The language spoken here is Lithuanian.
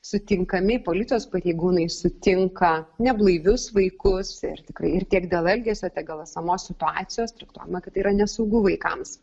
sutinkami policijos pareigūnai sutinka neblaivius vaikus ir tikrai ir tiek dėl elgesio tiek dėl esamos situacijos traktuojama kad yra nesaugu vaikams